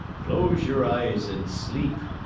close your eyes and sleep!